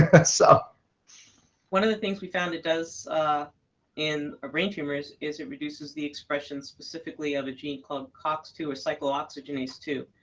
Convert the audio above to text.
but so one of the things we found it does in a brain tumor is is it reduces the expression specifically of a gene called cox two or cyclooxygenase two.